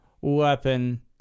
weapon